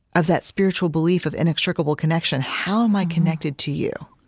of that spiritual belief of inextricable connection how am i connected to you